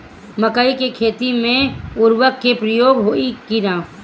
मकई के खेती में उर्वरक के प्रयोग होई की ना?